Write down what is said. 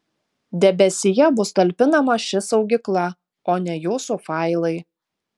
debesyje bus talpinama ši saugykla o ne jūsų failai